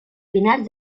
final